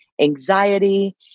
anxiety